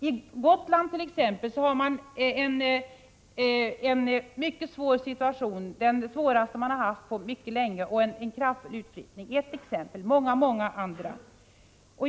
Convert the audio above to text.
På Gotlandt.ex. har man en mycket svår situation, den svåraste man har haft på mycket länge, och en kraftig utflyttning. Det är ett exempel bland många.